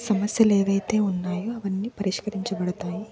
సమస్యలేవి అయితే ఉన్నాయో అవన్నీ పరిష్కరించబడతాయి